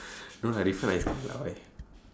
no lah like is !walao! eh